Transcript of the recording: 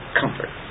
comfort